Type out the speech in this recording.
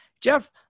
Jeff